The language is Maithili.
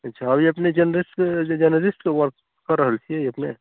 अच्छा अभी अपने जर्नलिस्ट जर्नलिस्टके वर्क कऽ रहल छी अपने